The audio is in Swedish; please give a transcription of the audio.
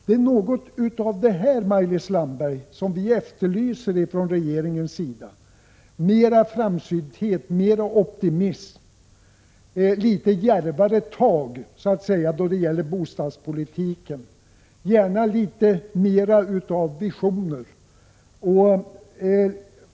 Det är något av detta, Maj-Lis Landberg, som vi efterlyser från regeringen: mera framsynthet, mera optimism, litet djärvare tag när det gäller bostadspolitiken, gärna litet mera av visioner.